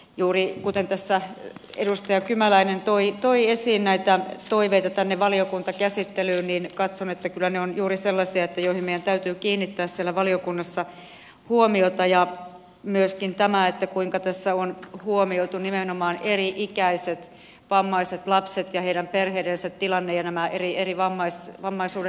juuri kuten edustaja kymäläinen toi esiin näitä toiveita tänne valiokuntakäsittelyyn niin katson että kyllä ne ovat juuri sellaisia joihin meidän täytyy kiinnittää valiokunnassa huomiota myöskin tämä kuinka tässä on huomioitu nimenomaan eri ikäiset vammaiset lapset ja heidän perheidensä tilanne ja eri vammaisuuden asteet